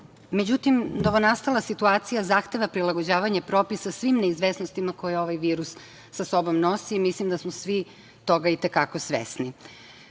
Međutim, novonastala situacija zahteva prilagođavanje propisa svim neizvesnostima koje ovaj virus sa sobom nosi. Mislim da smo svi toga i te kako svesni.